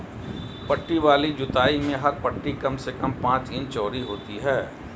पट्टी वाली जुताई में हर पट्टी कम से कम पांच इंच चौड़ी होती है